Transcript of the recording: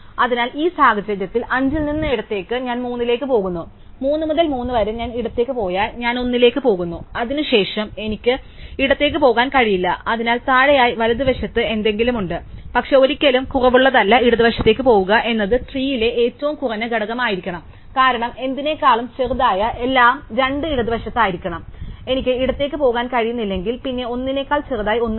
അതിനാൽ അതിനാൽ ഈ സാഹചര്യത്തിൽ 5 ൽ നിന്ന് ഇടത്തേക്ക് ഞാൻ 3 ലേക്ക് പോകുന്നു 3 മുതൽ 3 വരെ ഞാൻ ഇടത്തേക്ക് പോയാൽ ഞാൻ 1 ലേക്ക് പോകുന്നു അതിനുശേഷം എനിക്ക് ഇടത്തേക്ക് പോകാൻ കഴിയില്ല അതിന് താഴെയായി വലതുവശത്ത് എന്തെങ്കിലും ഉണ്ട് പക്ഷേ ഒരിക്കലും കുറവുള്ളതല്ല ഇടതുവശത്തേക്ക് പോകുക എന്നത് ട്രീയിലെ ഏറ്റവും കുറഞ്ഞ ഘടകമായിരിക്കണം കാരണം എന്തിനേക്കാളും ചെറുതായ എല്ലാം 2 ഇടത് വശത്തായിരിക്കും അതിനാൽ എനിക്ക് ഇടത്തേക്ക് പോകാൻ കഴിയുന്നില്ലെങ്കിൽ പിന്നെ ഒന്നിനേക്കാൾ ചെറുതായി ഒന്നുമില്ല